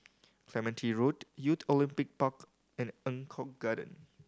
Clementi Road Youth Olympic Park and Eng Kong Garden